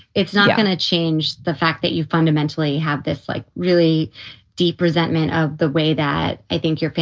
it's not gonna change the fact that you fundamentally have this, like, really deep resentment of the way that i think you're fat.